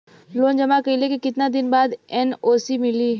Loan जमा कइले के कितना दिन बाद एन.ओ.सी मिली?